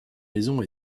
maison